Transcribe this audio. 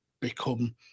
become